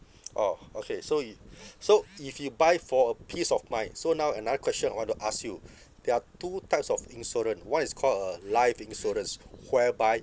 orh okay so it so if you buy for a peace of mind so now another question I want to ask you there are two types of insurance one is called a life insurance whereby